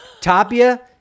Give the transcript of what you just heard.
Tapia